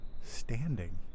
standing